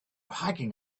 hiking